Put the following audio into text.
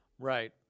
Right